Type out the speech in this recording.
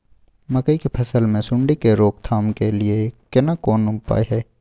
मकई की फसल मे सुंडी के रोक थाम के लिये केना कोन उपाय हय?